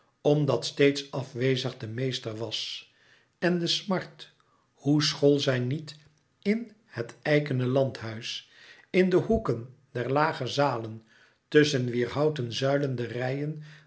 omdat steeds afwezig de meester was en de smart hoe school zij niet in het eikene landhuis in de hoeken der lage zalen tusschen wier houten zuilen de reien